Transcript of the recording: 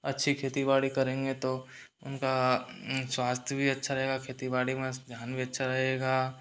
अच्छी खेती बाड़ी करेंगे तो उनका स्वास्थ्य भी अच्छा रहेगा खेती बाड़ी में ध्यान भी अच्छा रहेगा